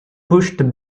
pushed